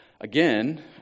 again